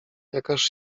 jakaż